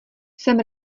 jsem